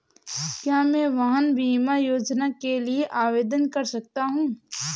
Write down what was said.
क्या मैं वाहन बीमा योजना के लिए आवेदन कर सकता हूँ?